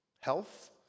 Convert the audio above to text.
health